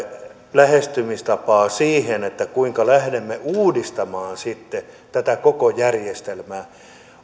lähestymistapaa siihen kuinka lähdemme uudistamaan sitten tätä koko järjestelmää